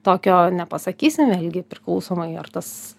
tokio nepasakysim vėlgi priklausomai ar tas